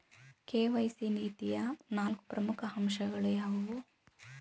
KYC ನೀತಿಯ ನಾಲ್ಕು ಪ್ರಮುಖ ಅಂಶಗಳು ಯಾವುವು?